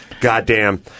Goddamn